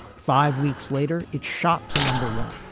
five weeks later it shot to number one.